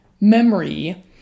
memory